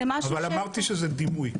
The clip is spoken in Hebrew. אבל אמרתי שזה דימוי.